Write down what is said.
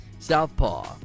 Southpaw